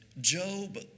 Job